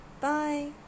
bye